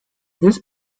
this